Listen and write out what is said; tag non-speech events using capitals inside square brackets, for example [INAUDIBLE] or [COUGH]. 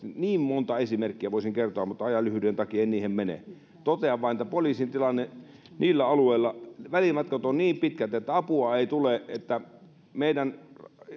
[UNINTELLIGIBLE] niin niin monta esimerkkiä voisin kertoa mutta ajan lyhyyden takia en niihin mene totean vain poliisin tilanteesta niillä alueilla välimatkat ovat niin pitkät että apua ei tule meidän